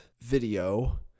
video